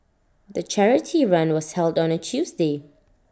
the charity run was held on A Tuesday